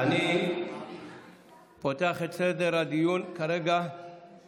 רבה ליושב-ראש